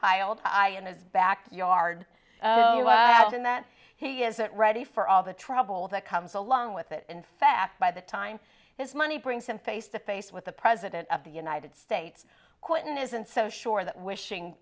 piled high in his backyard adding that he isn't ready for all the trouble that comes along with it in fact by the time his money brings him face to face with the president of the united states quinten isn't so sure that wishing